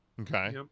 Okay